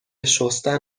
شستن